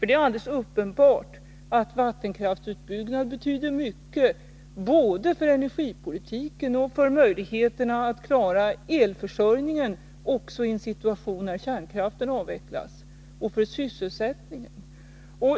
Det är uppenbart att vattenkraftsutbyggnad betyder mycket både för energipolitiken och för möjligheterna att klara elförsörjningen också i en situation när kärnkraften avvecklas samt för sysselsättningen.